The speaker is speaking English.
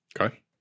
Okay